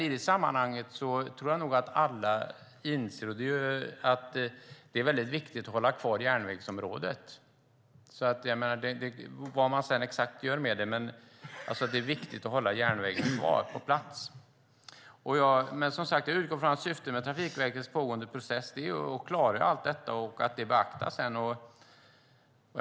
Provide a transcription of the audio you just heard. I det sammanhanget tror jag att alla inser att det är viktigt att hålla kvar järnvägsområdet, vad man än sedan gör med det. Det är viktigt att hålla järnvägen kvar. Som sagt utgår jag från att syftet med Trafikverkets pågående process är att klara ut allt detta och sedan beakta det som kommer fram.